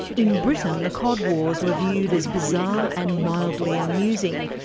in britain the cod wars were viewed as bizarre and mildly amusing,